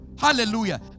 Hallelujah